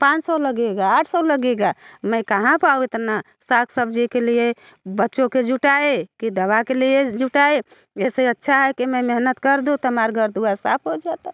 पाँच सौ लगेगा आठ सौ लगेगा मैं कहाँ पाऊँ इतना साग सब्ज़ी के लिए बच्चों के जुटाएं कि दवा के लिए जुटाएं इससे अच्छा है कि मैं मेहनत कर दूँ तो हमारा घर द्वार साफ़ हो जाता